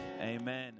Amen